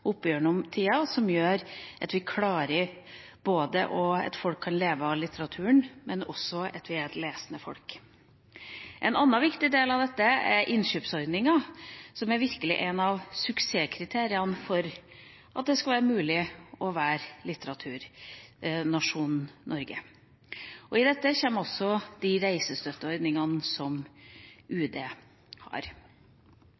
tida, som gjør at folk kan leve av litteratur, og at vi er et lesende folk. En annen viktig del av dette er innkjøpsordningen, som virkelig er et av suksesskriteriene for at det er mulig å være litteraturnasjonen Norge. I tillegg til dette kommer også de reisestøtteordningene som